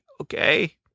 okay